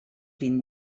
vint